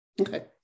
okay